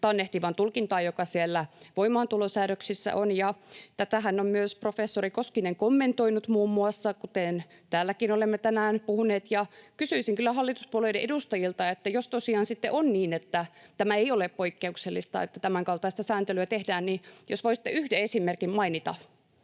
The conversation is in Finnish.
tulkintaan, joka siellä voimaantulosäännöksissä on. Tätähän on myös muun muassa professori Koskinen kommentoinut, kuten täälläkin olemme tänään puhuneet. Kysyisin kyllä hallituspuolueiden edustajilta, että jos tosiaan sitten on niin, että tämä ei ole poikkeuksellista, että tämänkaltaista sääntelyä tehdään, niin jos voisitte yhden esimerkin mainita